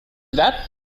that